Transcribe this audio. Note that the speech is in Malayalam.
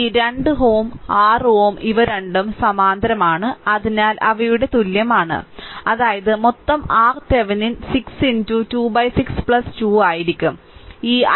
ഈ 2 Ω 6 Ω ഇവ രണ്ടും സമാന്തരമാണ് അതിനാൽ അവയുടെ തുല്യമാണ് അതായത് മൊത്തം RThevenin 6 26 2 ആയിരിക്കും ഈ 12 സീരീസ് 2